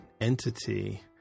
entity